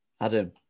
Adam